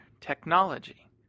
technology